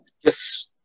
Yes